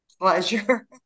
pleasure